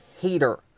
hater